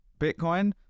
Bitcoin